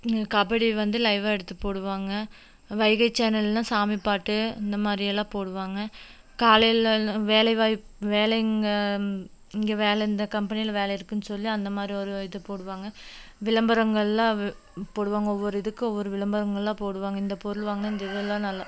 கபடி வந்து லைவ்வாக எடுத்து போடுவாங்க வைகை சேனல்னு சாமி பாட்டு இந்தமாதிரியெல்லான் போடுவாங்க காலையில் வேலைவாய்ப்பு வேலைங்க இங்கே வேலை இந்த கம்பெனியில் வேலை இருக்குதுன்னு சொல்லி அந்த மாதிரி ஒரு இது போடுவாங்க விளம்பரங்கள்லாம் போடுவாங்க ஒவ்வொரு இதுக்கு ஒவ்வொரு விளம்பரங்கள்லாம் போடுவாங்க இந்த பொருள் வாங்கினா இந்த